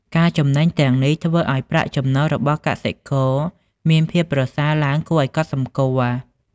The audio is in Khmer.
ការចំណេញទាំងនេះ ធ្វើឱ្យប្រាក់ចំណូលរបស់កសិករមានភាពប្រសើរឡើងគួរឱ្យកត់សម្គាល់។